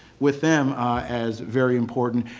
with them as very important,